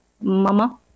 mama